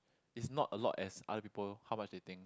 is not a lot as other people how much they think